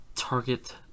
Target